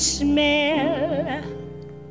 Smell